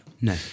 No